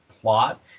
plot